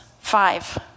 five